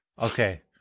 Okay